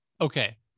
okay